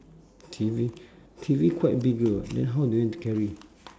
T_V T_V quite bigger [what] then how do you carry